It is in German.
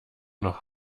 noch